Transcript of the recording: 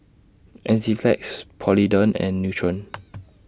Enzyplex Polident and Nutren